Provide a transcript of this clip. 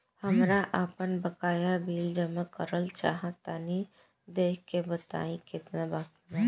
हमरा आपन बाकया बिल जमा करल चाह तनि देखऽ के बा ताई केतना बाकि बा?